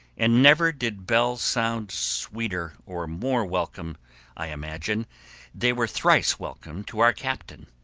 and never did bells sound sweeter or more welcome i imagine they were thrice welcome to our captain,